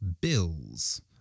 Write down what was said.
Bills